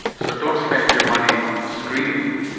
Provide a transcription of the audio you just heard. so don't spend your money on screening,